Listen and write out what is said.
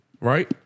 Right